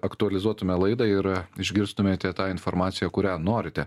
aktualizuotume laidą ir išgirstumėte tą informaciją kurią norite